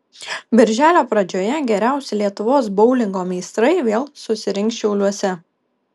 birželio pradžioje geriausi lietuvos boulingo meistrai vėl susirinks šiauliuose